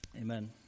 Amen